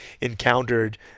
encountered